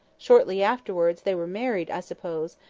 shortly afterwards they were married, i suppose,